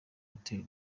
hotel